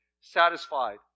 satisfied